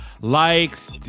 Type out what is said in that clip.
likes